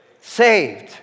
saved